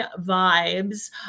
Vibes